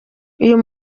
uyu